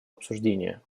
обсуждение